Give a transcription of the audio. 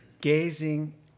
gazing